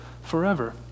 forever